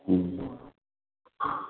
ꯎꯝ